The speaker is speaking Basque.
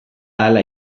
hala